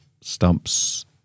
stumps